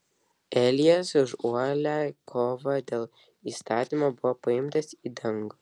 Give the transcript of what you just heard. elijas už uolią kovą dėl įstatymo buvo paimtas į dangų